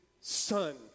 Son